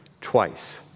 twice